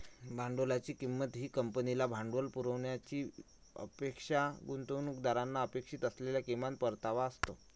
भांडवलाची किंमत ही कंपनीला भांडवल पुरवण्याची अपेक्षा गुंतवणूकदारांना अपेक्षित असलेला किमान परतावा असतो